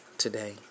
today